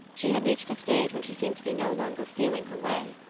she had reached a stage when she seemed to be no longer feeling her way,